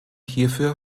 hierfür